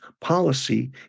policy